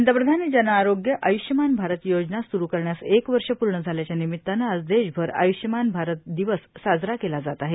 पंतप्रधान जन आरोम्य आयुष्यमान भारत योजना सुरू करण्यास एक वर्ष पूर्ण झाल्याच्या विभित्तानं आज देशभर आयुष्यमान भारत दिवस साजय केला जात आहे